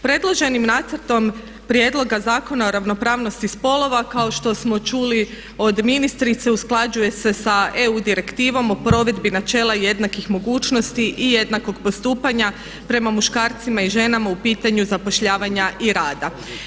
Predloženim Nacrtom prijedloga zakona o ravnopravnosti spolova kao što smo čuli od ministrice usklađuje se sa EU direktivom o provedbi načela jednakih mogućnosti i jednakog postupanja prema muškarcima i ženama u pitanju zapošljavanja i rada.